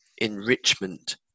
enrichment